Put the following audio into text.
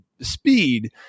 speed